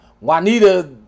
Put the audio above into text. Juanita